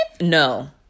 No